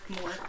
more